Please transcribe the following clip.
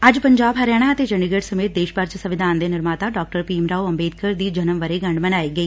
ਅੱਜ ਪੰਜਾਬ ਹਰਿਆਣਾ ਅਤੇ ਚੰਡੀਗੜ੍ਸ ਸਮੇਤ ਦੇਸ਼ ਭਰ 'ਚ ਸੰਵਿਧਾਨ ਦੇ ਨਿਰਮਾਤਾ ਡਾਕਟਰ ਭੀਮ ਰਾਓ ਅੰਬੇਡਕਰ ਦੀ ਜਨਮ ਵਰੇਗੰਢ ਮਨਾਈ ਗਈ